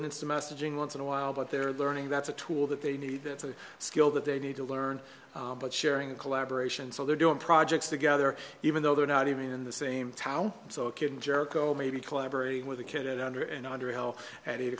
an instant messaging once in a while but they're learning that's a tool that they need that's a skill that they need to learn but sharing a collaboration so they're doing projects together even though they're not even in the same town so a kid in jericho maybe collaborating with a kid